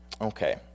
Okay